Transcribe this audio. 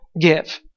give